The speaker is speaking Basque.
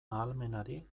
ahalmenari